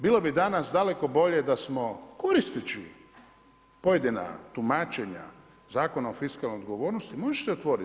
Bilo bi danas daleko bolje da smo koristeći pojedina tumačenja Zakona o fiskalnoj odgovornosti možete otvoriti.